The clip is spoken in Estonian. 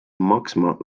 maksma